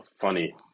funny